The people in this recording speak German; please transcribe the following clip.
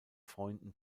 freunden